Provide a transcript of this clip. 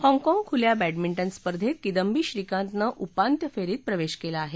हाँगकाँग खुल्या बँडमिटन स्पर्धेत किदंबी श्रीकांतने उपान्त्य फेरीत प्रवेश केला आहे